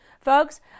Folks